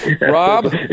rob